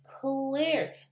clear